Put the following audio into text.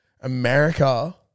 America